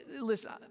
listen